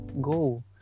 go